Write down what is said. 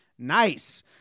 Nice